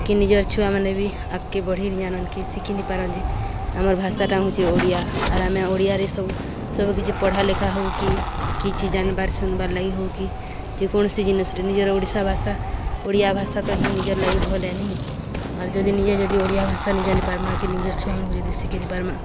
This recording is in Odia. କି ନିଜର ଛୁଆମାନେ ବି ଆଗ୍କେ ବଢ଼ି ନି ଜାନନ୍ କି ଶିଖି ନିପାରନ୍ତି ଯେ ଆମର ଭାଷାଟା ହଉଚେ ଓଡ଼ିଆ ଆର୍ ଆମେ ଓଡ଼ିଆରେ ସବୁ ସବୁକିଛି ପଢ଼ା ଲେଖା ହଉ କି କିଛି ଜାନବାର ଶୁନବାର୍ ଲାଗି ହଉ କି ଯେକୌଣସି ଜିନିଷରେ ନିଜର ଓଡ଼ିଶା ଭାଷା ଓଡ଼ିଆ ଭାଷା ତ ହିଁ ନିଜର ଲାଗି ଭଲ୍ ହେ ନି ଆର୍ ଯଦି ନିଜେ ଯଦି ଓଡ଼ିଆ ଭାଷା ନି ଜାନିପାର୍ମା କି ନିଜର ଛୁଆମକୁ ଯି ଶିଖି ନି ପାର୍ମା